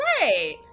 Right